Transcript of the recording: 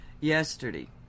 yesterday